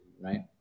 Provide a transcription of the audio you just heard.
Right